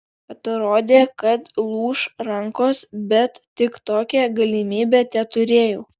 atrodė kad lūš rankos bet tik tokią galimybę teturėjau